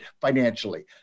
financially